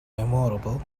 memorable